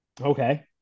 Okay